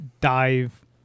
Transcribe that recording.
dive